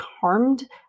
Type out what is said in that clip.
harmed